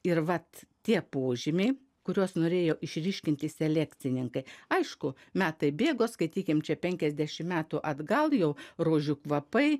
ir vat tie požymiai kuriuos norėjo išryškinti selekcininkai aišku metai bėgo skaitykim čia penkiasdešim metų atgal jau rožių kvapai